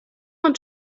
want